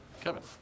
Kevin